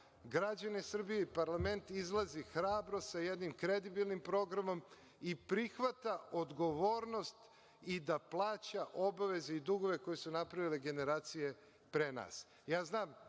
građane Srbije i parlament izlazi hrabro sa jednim kredibilnim programom i prihvata odgovornost i da plaća obaveze i dugove koje su napravile generacije pre nas. Ja